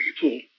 people